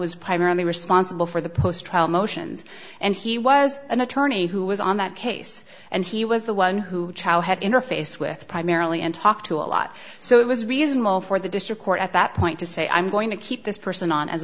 was primarily responsible for the post trial motions and he was an attorney who was on that case and he was the one who had interface with primarily and talked to a lot so it was reasonable for the district court at that point to say i'm going to keep this person on as